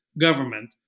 government